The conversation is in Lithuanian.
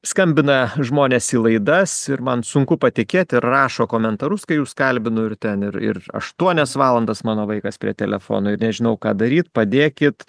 skambina žmonės į laidas ir man sunku patikėti ir rašo komentarus kai jus kalbinu ir ten ir ir aštuonias valandas mano vaikas prie telefono ir nežinau ką daryt padėkit